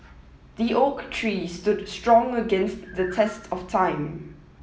the oak tree stood strong against the test of time